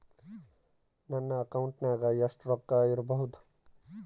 ನನ್ನ ಅಕೌಂಟಿನಾಗ ಎಷ್ಟು ರೊಕ್ಕ ಇಡಬಹುದು?